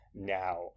Now